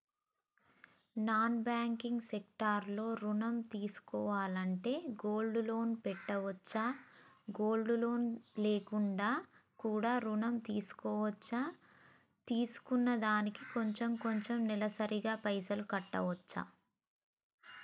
Non banking sector లో ఋణం తీసుకోవాలంటే గోల్డ్ లోన్ పెట్టుకోవచ్చా? గోల్డ్ లోన్ లేకుండా కూడా ఋణం తీసుకోవచ్చా? తీసుకున్న దానికి కొంచెం కొంచెం నెలసరి గా పైసలు కట్టొచ్చా?